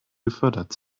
gefördert